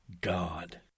god